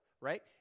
right